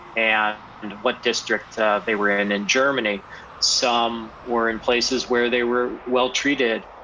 and and what district ah they were in in germany some were in places where they were well treated,